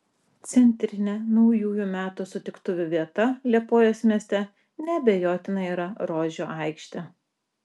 centrinė naujųjų metų sutiktuvių vieta liepojos mieste neabejotinai yra rožių aikštė